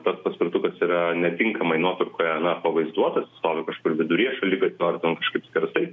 tas paspirtukas yra netinkamai nuotraukoje na pavaizduotas jis stovi kažkur viduryje šaligatvio ar ten kažkaip skersai